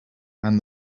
and